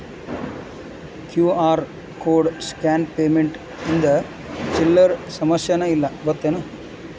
QR code scan payment ಇಂದ ಚಿಲ್ಲರ್ ಸಮಸ್ಯಾನ ಇಲ್ಲ ಗೊತ್ತೇನ್?